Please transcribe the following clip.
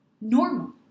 Normal